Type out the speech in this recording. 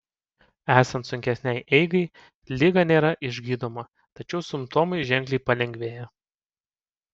esant sunkesnei eigai liga nėra išgydoma tačiau simptomai ženkliai palengvėja